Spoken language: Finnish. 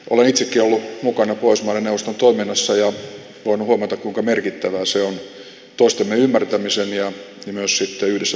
olen itsekin ollut mukana pohjoismaiden neuvoston toiminnassa ja voinut huomata kuinka merkittävää se on toistemme ymmärtämisen ja myös sitten yhdessä toimimisen kannalta